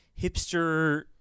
hipster